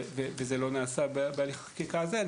וזה לא נעשה בהליך החקיקה הזה.